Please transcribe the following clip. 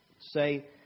say